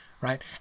right